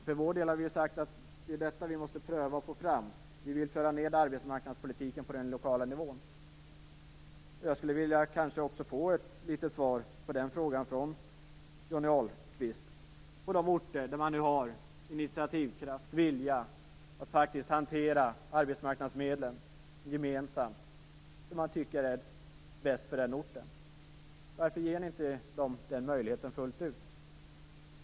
För vår del har vi sagt att det är detta vi måste pröva. Vi vill föra ned arbetsmarknadspolitiken på den lokala nivån. Jag skulle vilja ha ett svar på den frågan från Johnny Ahlqvist. Det gäller de orter där man har initiativkraft och vilja att hantera arbetsmarknadsmedlen så som man tycker är bäst för orten. Varför ger ni dem inte den möjligheten fullt ut?